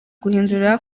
guhindura